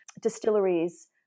distilleries